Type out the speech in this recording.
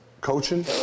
Coaching